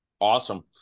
Awesome